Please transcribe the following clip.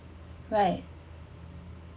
right